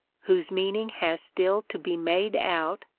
whose meaning has still to be made out,